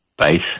base